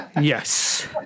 Yes